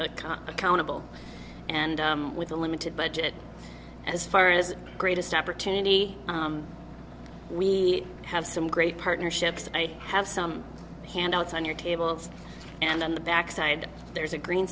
caught accountable and with a limited budget as far as greatest opportunity we have some great partnerships i have some handouts on your table and on the back side there's a green